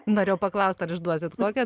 norėjau paklaust ar išduosit kokią